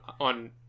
on